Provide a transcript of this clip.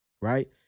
right